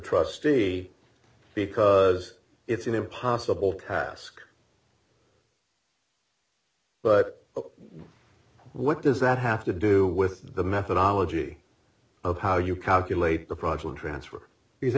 trustee because it's an impossible task but what does that have to do with the methodology of how you calculate the project transfer